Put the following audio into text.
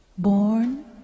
Born